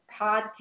podcast